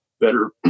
better